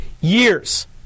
years